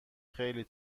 خیلی